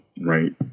right